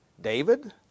David